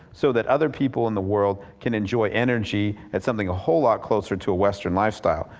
so that other people in the world can enjoy energy at something a whole lot closer to a western lifestyle?